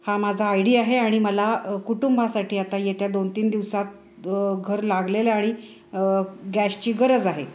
हा माझा I D आहे आणि मला कुटुंबासाठी आता येत्या दोन तीन दिवसात घर लागलेलं आणि गॅसची गरज आहे